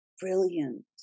brilliant